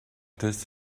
this